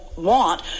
want